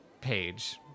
page